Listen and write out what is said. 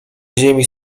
ziemi